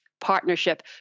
Partnership